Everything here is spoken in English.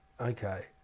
Okay